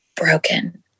broken